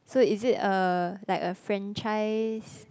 so is it a like a franchise